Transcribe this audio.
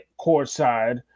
courtside